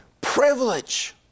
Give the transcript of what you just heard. privilege